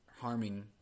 harming